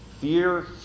Fear